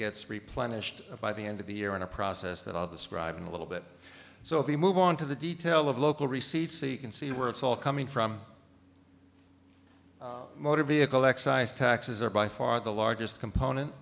gets replenished by the end of the year in a process that i'll describe in a little bit so if we move on to the detail of local receipts see you can see where it's all coming from motor vehicle excise taxes are by far the largest component